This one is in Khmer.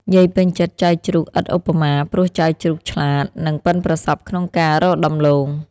យាយពេញចិត្ដចៅជ្រូកឥតឧបមា ព្រោះចៅជ្រូកឆ្លាត និងប៉ិនប្រសប់ក្នុងការរកដំឡូង។